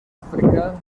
àfrica